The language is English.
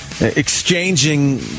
exchanging